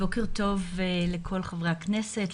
בוקר טוב לכל חברי הכנסת,